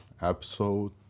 episode